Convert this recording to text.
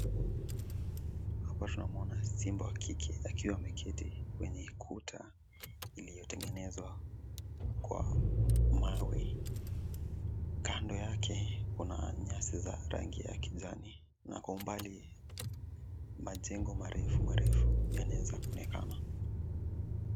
Hapa tunamwona simba kike akiwa ameketi kwenye kuta iliyotengenezwa kwa mawe. Kando yake kuna nyasi za rangi ya kijani na kwa umbali majengo marefu marefu yanaweza kuonekana.